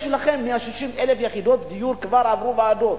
יש לכם 160,000 יחידות דיור שכבר עברו ועדות.